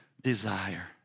desire